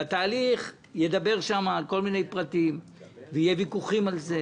התהליך ידבר על כל הפרטים ויהיו ויכוחים על כך,